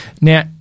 Now